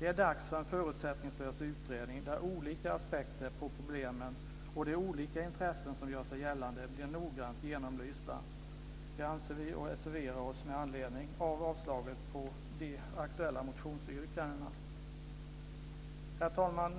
Vi anser att det är dags för en förutsättningslös utredning där olika aspekter på problemen och de olika intressen som gör sig gällande blir noggrant genomlysta och reserverar oss med anledning av avstyrkandet av de aktuella motionsyrkandena. Herr talman!